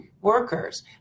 workers